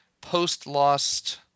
Post-Lost